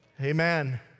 Amen